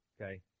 okay